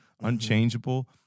unchangeable